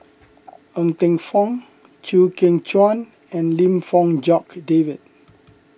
Ng Teng Fong Chew Kheng Chuan and Lim Fong Jock David